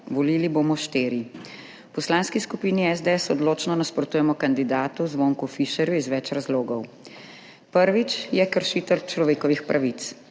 Volili bomo štiri. V Poslanski skupini SDS odločno nasprotujemo kandidatu Zvonku Fišerju iz več razlogov. Prvič, je kršitelj človekovih pravic.